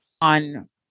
on